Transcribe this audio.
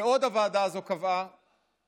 ועוד הוועדה הזו קבעה